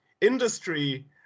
industry